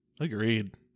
Agreed